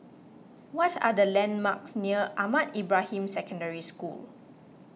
what are the landmarks near Ahmad Ibrahim Secondary School